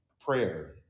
Prayer